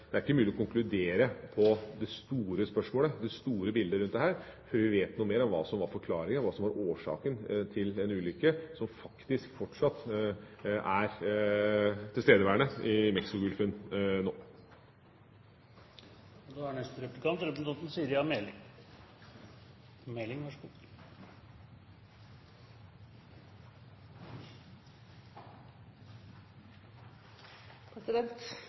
det ikke er mulig å konkludere i det store spørsmålet og det store bildet i dette før vi vet noe mer om hva som var forklaringa på og årsaken til en ulykke som faktisk fortsatt er tilstedeværende i Mexicogolfen. Statsråden understreket i sitt innlegg hvor viktig det er